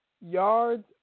yards